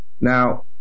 Now